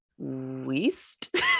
weist